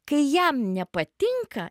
kai jam nepatinka